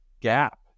gap